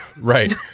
Right